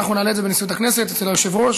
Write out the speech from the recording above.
אנחנו נעלה את זה בנשיאות הכנסת אצל היושב-ראש,